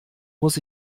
muss